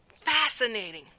fascinating